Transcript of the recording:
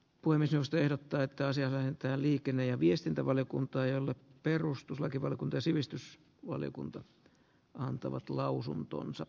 voimme syystä ehdottaa toisia vähentää liikenne ja viestintävaliokunta ja perustuslakivaliokunta sivistys valiokunta antavat lausuntonsa